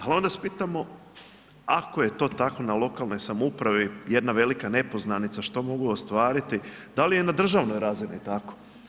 Ali onda se pitamo, ako je to tako na lokalnoj samoupravi jedna velika nepoznanica što mogu ostvariti da li je na državnoj razini tako?